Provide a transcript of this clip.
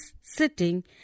sitting